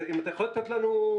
אתה יכול לנו סטטוס?